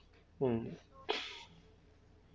um